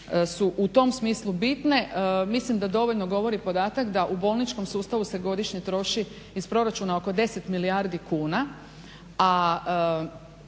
su u tom smislu bitne. Mislim da dovoljno govori podatak da u bolničkom sustavu se godišnje troši iz proračuna oko 10 milijardi kuna, a